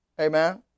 Amen